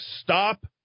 stop